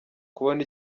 kubona